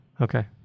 Okay